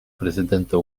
президента